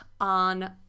on